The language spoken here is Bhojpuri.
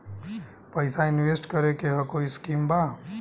पैसा इंवेस्ट करे के कोई स्कीम बा?